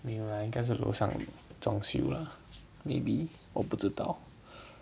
没有 ah 应该是楼上装修 lah maybe 我不知道